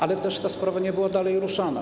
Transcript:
Ale też ta sprawa nie była dalej ruszana.